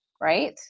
right